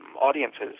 audiences